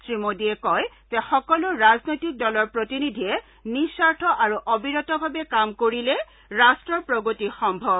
শ্ৰীমোডীয়ে কয় যে সকলো ৰাজনৈতিক দলৰ প্ৰতিনিধিয়ে নিস্বাৰ্থ আৰু অবিৰতভাৱে কাম কৰিলে ৰট্টৰ প্ৰগতি সম্ভৱ